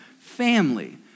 family